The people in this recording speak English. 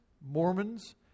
Mormons